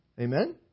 Amen